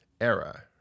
era